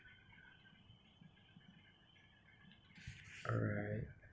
alright